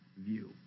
view